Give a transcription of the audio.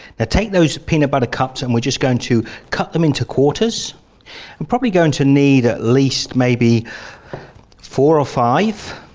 ah take those peanut butter cups and we're just going to cut them into quarters i'm probably going to need at least maybe four or five.